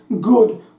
good